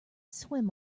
swim